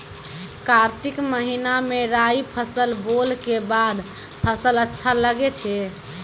कार्तिक महीना मे राई फसल बोलऽ के बाद फसल अच्छा लगे छै